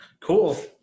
Cool